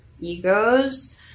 egos